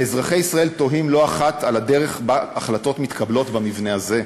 ואזרחי ישראל תוהים לא אחת על הדרך שבה החלטות מתקבלות במבנה הזה,